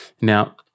Now